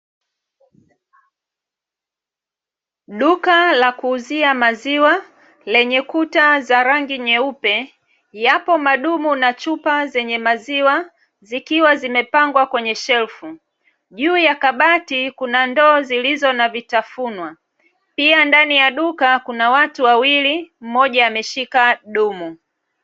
Duka la kuuzia maziwa lenye kuta za rangi nyeupe, yapo madumu na chupa zenye maziwa zikiwa zimepangwa kwenye shelfu. Juu ya kabati kuna ndoo zilizo na vitafunwa. Pia ndani ya duka kuna watu wawili, mmoja ameshika dumu.